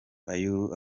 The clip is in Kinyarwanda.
fayulu